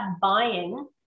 buying